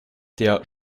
der